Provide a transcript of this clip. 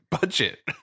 budget